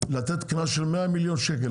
לתת קנס של 100 מיליון שקלים,